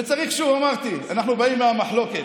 וצריך, שוב, אמרתי, אנחנו באים מהמחלוקת.